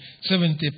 seventy